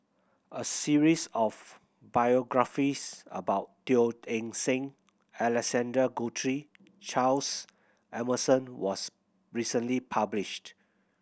a series of biographies about Teo Eng Seng Alexander Guthrie Charles Emmerson was recently published